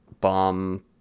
bomb